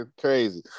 crazy